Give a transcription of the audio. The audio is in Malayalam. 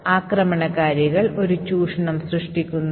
അതിനാൽ നമുക്ക് ഈ പ്രഭാഷണം ആരംഭിക്കാം